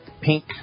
Pink